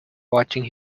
watching